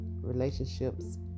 relationships